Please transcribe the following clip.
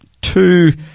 two